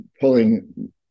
pulling